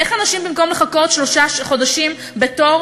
איך אנשים במקום לחכות שלושה חודשים בתור